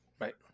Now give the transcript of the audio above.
Right